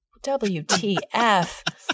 WTF